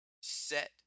set